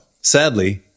Sadly